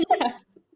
Yes